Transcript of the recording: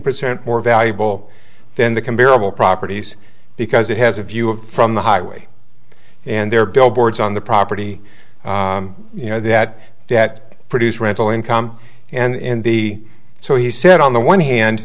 percent more valuable than the comparable properties because it has a view of from the highway and there billboards on the property you know that debt produce rental income and in the so he said on the one hand